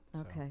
Okay